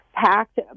Packed